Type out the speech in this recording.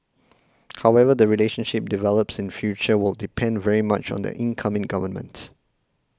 how the relationship develops in future will depend very much on the incoming government